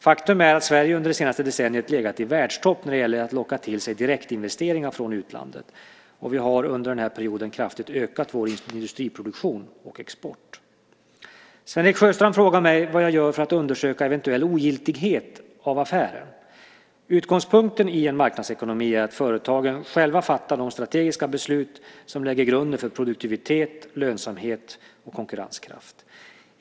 Faktum är att Sverige under det senaste decenniet legat i världstopp när det gäller att locka till sig direktinvesteringar från utlandet och vi har under den här perioden kraftigt ökat vår industriproduktion och export. Sven-Erik Sjöstrand frågar mig vad jag gör för att undersöka eventuell ogiltighet av affären. Utgångspunkten i en marknadsekonomi är att företagen själva fattar de strategiska beslut som lägger grunden för produktivitet, lönsamhet och konkurrenskraft.